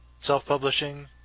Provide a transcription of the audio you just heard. self-publishing